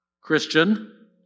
Christian